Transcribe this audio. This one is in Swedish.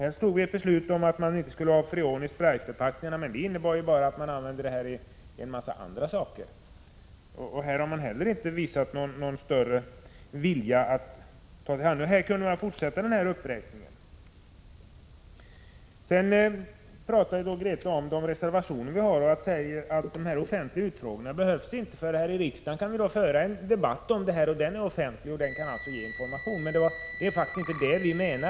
Vi fattade ett beslut om att man inte får använda freon i sprejförpackningar. Men freon används ju i en mängd produkter. Regeringen har inte heller i den frågan visat någon större vilja. Jag skulle kunna fortsätta denna uppräkning. Grethe Lundblad kommenterade de reservationer som föreligger. Hon sade att de offentliga utfrågningarna inte behövs, eftersom vi här i riksdagen kan föra en debatt om dessa frågor och att den debatten är offentlig och därmed kan ge information. Men det är faktiskt inte det som vi avser.